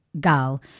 Gal